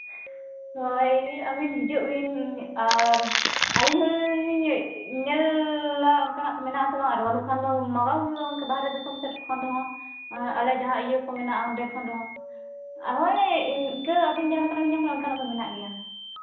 ᱦᱳᱭ ᱟᱹᱵᱤᱱ ᱦᱤᱡᱩᱜ ᱵᱤᱱ ᱟᱹᱞᱤᱧ ᱦᱚᱸᱞᱤᱧ ᱧᱮᱞᱟ ᱚᱱᱠᱟᱱᱟᱜ ᱠᱚ ᱢᱮᱱᱟᱜ ᱟᱥᱮ ᱵᱟᱝ ᱟᱨ ᱵᱟᱹᱱᱩᱜ ᱠᱷᱟᱱ ᱫᱚ ᱢᱟᱜᱟᱣ ᱦᱩᱭᱩᱜᱼᱟ ᱵᱟᱦᱨᱮ ᱫᱤᱥᱚᱢ ᱥᱮᱫ ᱠᱷᱚᱱ ᱦᱚᱸ ᱟᱞᱮ ᱡᱟᱦᱟᱸ ᱤᱭᱟᱹ ᱠᱚ ᱢᱮᱱᱟᱜᱼᱟ ᱚᱸᱰᱮ ᱠᱷᱚᱱ ᱦᱚᱸ ᱦᱳᱭ ᱤᱱᱠᱟᱹ ᱟᱹᱵᱤᱱ ᱡᱟᱦᱟᱸ ᱞᱮᱠᱟᱱᱟᱜ ᱵᱮᱱ ᱧᱟᱢ ᱠᱟᱱᱟ ᱚᱱᱠᱟᱱᱟᱜ ᱫᱚ ᱢᱮᱱᱟᱜ ᱜᱮᱭᱟ